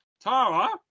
Tara